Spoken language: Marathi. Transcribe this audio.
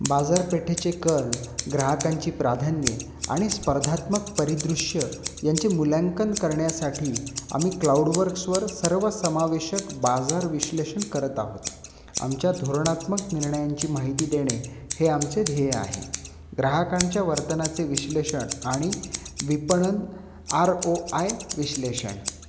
बाजारपेठेचे कल ग्राहकांची प्राधान्ये आणि स्पर्धात्मक परिदृश्य यांचे मूल्यांकन करण्यासाठी आम्ही क्लाउडवर्क्सवर सर्वसमावेशक बाजार विश्लेषण करत आहोत आमच्या धोरणात्मक निर्णयांची माहिती देणे हे आमचे ध्येय आहे ग्राहकांच्या वर्तनाचे विश्लेषण आणि विपणन आर ओ आय विश्लेषण